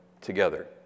together